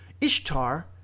Ishtar